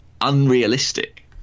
unrealistic